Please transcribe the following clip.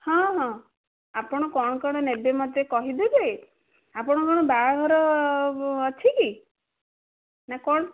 ହଁ ହଁ ଆପଣ କ'ଣ କ'ଣ ନେବେ ମୋତେ କହିଦେବେ ଆପଣ କ'ଣ ବାହାଘର ଅଛି କି ନା କ'ଣ